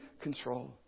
control